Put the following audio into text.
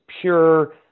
pure